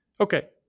Okay